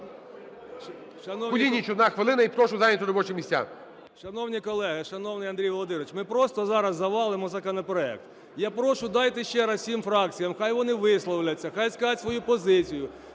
Кулініч, одна хвилина і прошу зайняти робочі місця. 11:01:17 КУЛІНІЧ О.І. Шановні колеги, шановний Андрій Володимирович, ми просто зараз завалимо законопроект. Я прошу, дайте ще раз всім фракціям, хай вони висловляться, хай скажуть свою позицію,